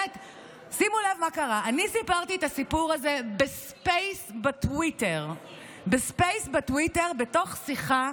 שימו לב מה קרה: אני סיפרתי את הסיפור הזה בספייס בטוויטר בתוך שיחה,